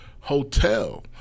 hotel